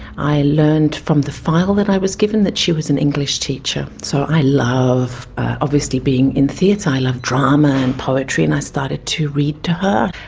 i learned from the file that i was given that she was an english teacher. so i love, obviously being in theatre, i love drama and poetry, and i started to read to her.